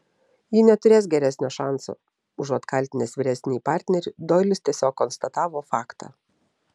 ji neturės geresnio šanso užuot kaltinęs vyresnįjį partnerį doilis tiesiog konstatavo faktą